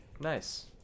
Nice